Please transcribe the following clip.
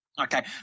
Okay